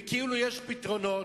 וכאילו יש פתרונות,